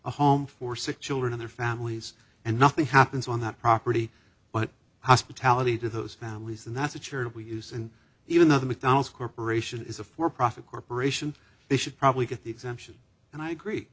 a home for sick children in their families and nothing happens on that property but hospitality to those families and that's a charitable use and even though the mcdonald's corporation is a for profit corporation they should probably get the exemption and i agree